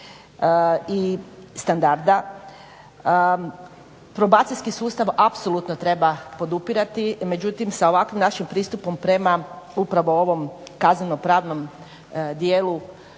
i standarda. Probacijski sustav apsolutno treba podupirati, međutim sa ovakvim našim pristupom prema upravo ovom kazneno pravnom djelu